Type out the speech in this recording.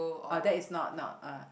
oh that is not not uh